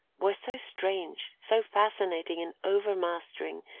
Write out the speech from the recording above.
was so strange, so fascinating and overmastering,